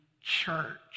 church